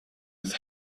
das